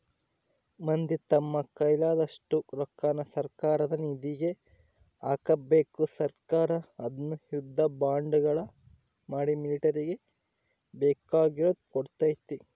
ಮಂದಿ ತಮ್ಮ ಕೈಲಾದಷ್ಟು ರೊಕ್ಕನ ಸರ್ಕಾರದ ನಿಧಿಗೆ ಹಾಕಬೇಕು ಸರ್ಕಾರ ಅದ್ನ ಯುದ್ಧ ಬಾಂಡುಗಳ ಮಾಡಿ ಮಿಲಿಟರಿಗೆ ಬೇಕಿರುದ್ನ ಕೊಡ್ತತೆ